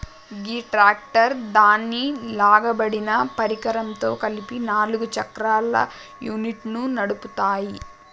గీ tractor దాని లాగబడిన పరికరంతో కలిపి నాలుగు చక్రాల యూనిట్ను నడుపుతాము